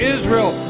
Israel